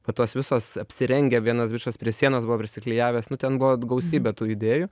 o tos visos apsirengę vienas bičas prie sienos buvo prisiklijavęs nu ten buvo gausybė tų idėjų